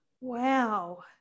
Wow